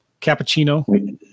cappuccino